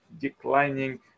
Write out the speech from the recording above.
declining